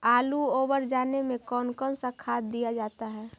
आलू ओवर जाने में कौन कौन सा खाद दिया जाता है?